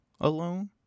alone